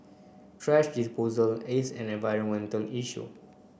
thrash disposal is an environmental issue